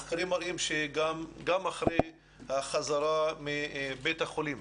מחקרים מראים שגם אחרי החזרה מבית החולים,